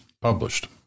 published